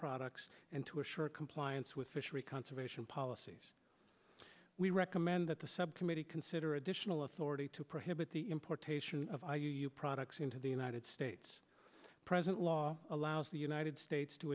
products and to assure compliance with fishery conservation policies we recommend that the subcommittee consider additional authority to prohibit the importation of products into the united states present law allows the united states to